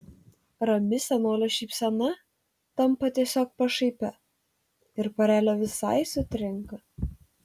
rami senolio šypsena tampa tiesiog pašaipia ir porelė visai sutrinka